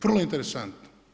Vrlo interesantno.